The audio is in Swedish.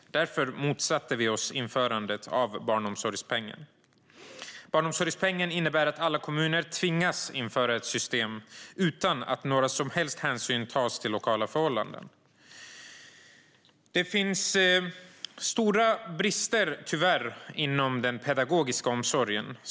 Därför motsatte vi oss införandet av en barnomsorgspeng. Barnomsorgspengen innebär att alla kommuner tvingas införa ett system utan att någon som helst hänsyn tas till lokala förhållanden. Det finns tyvärr stora brister inom den pedagogiska barnomsorgen.